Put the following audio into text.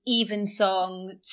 Evensong